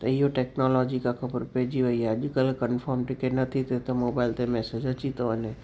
त इहो टेक्नोलिजी खां ख़बर पेईजी वेई आहे अॼुकल्ह कंफ़ॉम टिकेट नथी थिए त मोबाइल ते मेसेज अची थो वञे